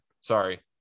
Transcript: sorry